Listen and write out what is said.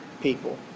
people